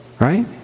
right